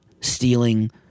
stealing